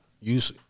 use